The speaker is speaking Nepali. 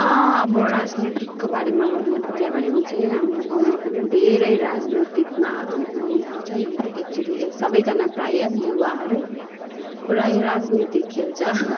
अब राजनीतिको बारेमा भन्न पऱ्यो भने चाहिँ हाम्रो गाउँमा पनि धेरै राजनीतिमा हुनेहरू छ एकचोटि सबै जना प्रायः युवाहरू पुरै राजनीति खेल्छ